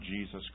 Jesus